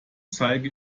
zeige